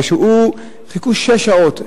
וחיכו שש שעות,